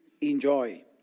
enjoy